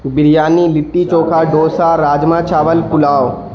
بریانی لٹی چوکھا ڈوسا راجمہ چاول پلاؤ